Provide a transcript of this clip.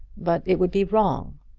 but it would be wrong.